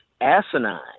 asinine